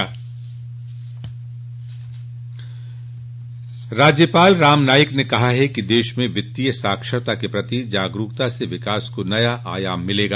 राज्यपाल राम नाईक ने कहा है कि देश में वित्तीय साक्षरता के प्रति जागरूकता से विकास को नया आयाम मिलेगा